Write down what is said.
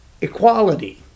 equality